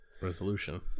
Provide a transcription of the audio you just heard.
resolution